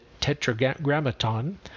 Tetragrammaton